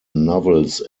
novels